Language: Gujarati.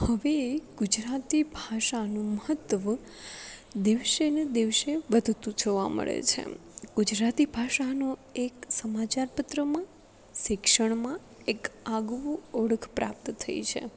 હવે ગુજરાતી ભાષાનું મહત્ત્વ દિવસે ને દિવસે વધતું જોવા મળે છે ગુજરાતી ભાષાનું એક સમાચાર પત્રમાં શિક્ષણમાં એક આગવું ઓળખ પ્રાપ્ત થઇ છે